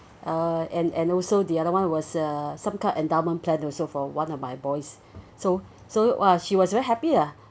uh and and also the other one was uh some kind of endowment plan also for one of my boys so so !wah! she was very happy ah